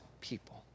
people